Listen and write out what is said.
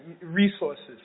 resources